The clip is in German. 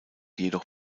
jedoch